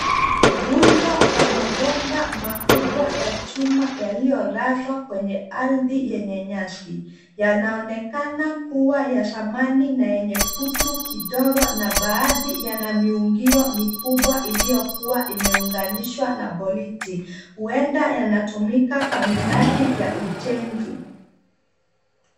Rundo la mabomba makubwa ya chuma yaliyolazwa kwenye ardhi yanaonekana kuwa ya zamani na yenye kutu kidogo na baadhi yana miungio mikubwa iliyokuwa imeunganishwa na bolti, huenda yanatumika kwa miradi ya ujenzi.